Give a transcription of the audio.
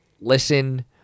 Listen